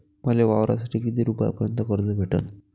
मले वावरासाठी किती रुपयापर्यंत कर्ज भेटन?